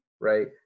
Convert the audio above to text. Right